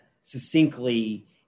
succinctly